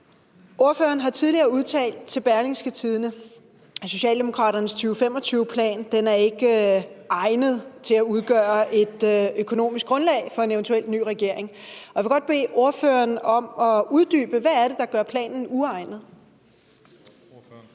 ordføreren tidligere har udtalt til Berlingske Tidende, at Socialdemokratiets 2025-plan ikke er egnet til at udgøre et økonomisk grundlag for en eventuel ny regering. Jeg vil godt bede ordføreren om at uddybe, hvad det er, der gør planen uegnet.